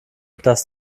das